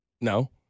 no-